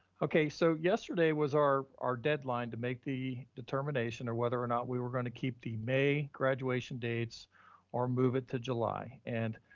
okay. so yesterday was our our deadline to make the determination or whether or not we were gonna keep the may graduation dates or move it to july. and